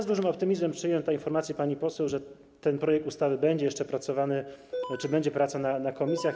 Z dużym optymizmem przyjąłem informację pani poseł, że ten projekt ustawy będzie jeszcze dopracowywany, czyli będzie praca w komisjach.